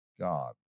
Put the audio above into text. God